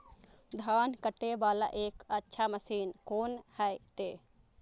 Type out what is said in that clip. धान कटे वाला एक अच्छा मशीन कोन है ते?